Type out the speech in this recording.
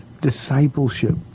discipleship